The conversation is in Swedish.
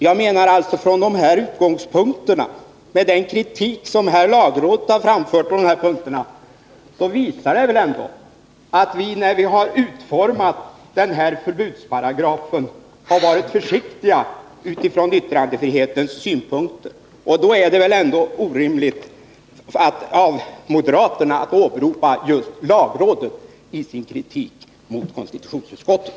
Jag menar att den kritik som lagrådet har framfört på dessa punkter visar att vi, när vi har utformat den här förbudsparagrafen, har varit försiktiga från yttrandefrihetssynpunkt. Då är det väl orimligt av moderaterna att åberopa just lagrådet i sin kritik mot konstitutionsutskottet.